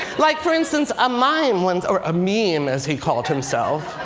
like for instance a mime once or a meme as he called himself.